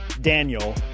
Daniel